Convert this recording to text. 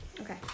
okay